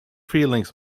feelings